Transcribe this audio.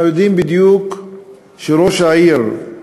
אנחנו יודעים בדיוק שראש העיר,